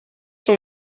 vom